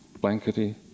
blankety